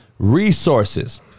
resources